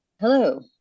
hello